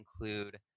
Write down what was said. include